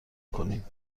کنیم